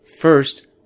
First